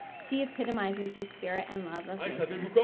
she epitomizes the spirit and love of mason.